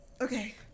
Okay